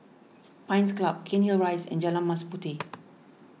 Pines Club Cairnhill Rise and Jalan Mas Puteh